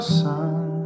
sun